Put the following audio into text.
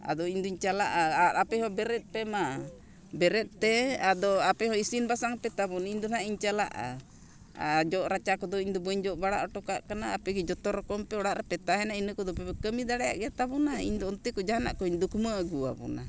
ᱟᱫᱚ ᱤᱧ ᱫᱩᱧ ᱪᱟᱞᱟᱜᱼᱟ ᱟᱨ ᱟᱯᱮ ᱦᱚᱸ ᱵᱮᱨᱮᱫ ᱯᱮ ᱢᱟ ᱵᱮᱨᱮᱫ ᱛᱮ ᱟᱫᱚ ᱟᱯᱮ ᱦᱚᱸ ᱤᱥᱤᱱ ᱵᱟᱥᱟᱝ ᱯᱮ ᱛᱟᱵᱚᱱ ᱤᱧ ᱫᱚ ᱱᱟᱜ ᱤᱧ ᱪᱟᱞᱟᱜᱼᱟ ᱟᱨ ᱡᱚᱜ ᱨᱟᱪᱟ ᱠᱚᱫᱚ ᱤᱧᱫᱚ ᱵᱟᱹᱧ ᱡᱚᱜ ᱵᱟᱲᱟ ᱦᱚᱴᱚᱠᱟᱜ ᱠᱟᱱᱟ ᱟᱯᱮᱜᱮ ᱡᱷᱚᱛᱚ ᱨᱚᱠᱚᱢ ᱯᱮ ᱚᱲᱟᱜ ᱨᱮᱯᱮ ᱛᱟᱦᱮᱱᱟ ᱤᱱᱟᱹ ᱠᱚᱫᱚ ᱟᱯᱮᱯᱮ ᱠᱟᱹᱢᱤ ᱫᱟᱲᱮᱭᱟᱜ ᱜᱮ ᱛᱟᱵᱚᱱᱟ ᱤᱧᱫᱚ ᱚᱱᱛᱮ ᱠᱷᱚᱱ ᱡᱟᱦᱟᱱᱟᱜ ᱠᱚᱧ ᱫᱩᱠᱢᱟᱹ ᱟᱹᱜᱩᱣ ᱟᱵᱚᱱᱟ